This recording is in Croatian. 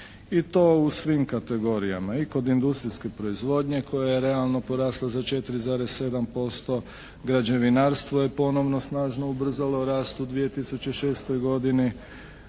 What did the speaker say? i to u svim kategorijama i kod industrijske proizvodnje koja je realno porasla za 4,7%, građevinarstvo je ponovno snažno ubrzalo rast u 2006. godini.